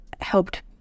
helped